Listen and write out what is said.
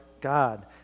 God